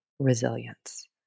Resilience